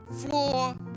floor